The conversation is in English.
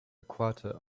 quarter